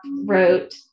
wrote